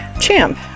Champ